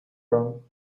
from